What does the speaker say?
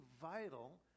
vital